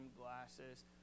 glasses